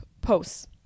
posts